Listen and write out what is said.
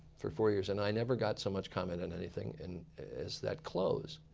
for four years. and i never got so much comment on anything and as that close.